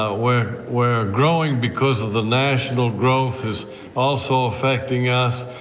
ah where we're growing because of the national growth is also affecting us,